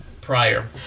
prior